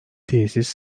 tesis